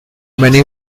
many